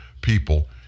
people